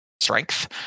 strength